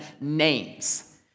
names